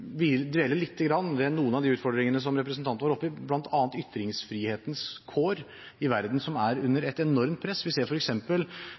ved noen av de utfordringene som representanten tok opp, bl.a. ytringsfrihetens kår i verden, som er under